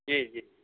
जी जी जी